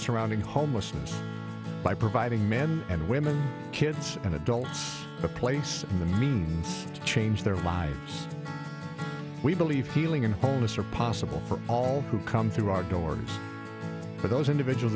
surrounding homelessness by providing men and women kids and adults a place in the means to change their lives we believe healing and wholeness are possible for all who come through our doors for those individual